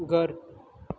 ઘર